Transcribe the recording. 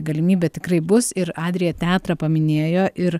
galimybė tikrai bus ir adrija teatrą paminėjo ir